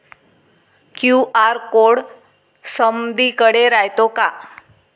QR code समदीकडे रायतो का?